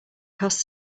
cost